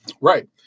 right